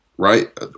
Right